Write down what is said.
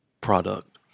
product